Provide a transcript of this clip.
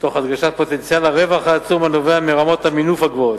תוך הדגשת פוטנציאל הרווח העצום הנובע מרמות המינוף הגבוהות.